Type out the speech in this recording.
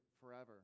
forever